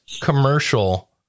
commercial